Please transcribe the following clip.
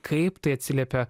kaip tai atsiliepia